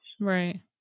Right